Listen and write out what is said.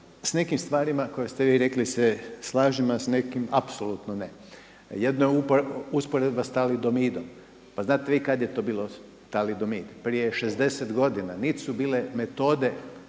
sa nekim stvarima koje ste vi rekli se slažem, a sa nekim apsolutno ne. Jedno je usporedba sa talidomidom. Pa znate vi kad je to bilo talidomid? Prije 60 godina. Niti su bile metode